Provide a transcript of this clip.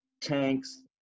tanks